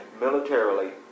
militarily